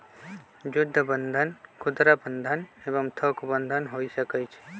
जुद्ध बन्धन खुदरा बंधन एवं थोक बन्धन हो सकइ छइ